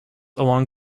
along